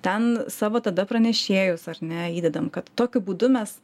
ten savo tada pranešėjus ar ne įdedam kad tokiu būdu mes